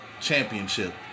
championship